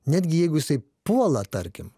netgi jeigu jisai puola tarkim